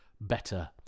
better